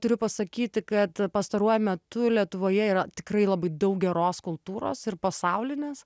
turiu pasakyti kad pastaruoju metu lietuvoje yra tikrai labai daug geros kultūros ir pasaulinės